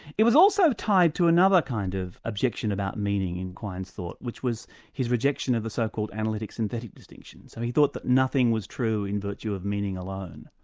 it was also tied to another kind of objection about meaning in quine's thought, which was his rejection of the so-called analytic synthetic distinction, so he thought that nothing was true in virtue of meaning alone.